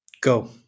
Go